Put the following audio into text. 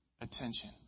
attention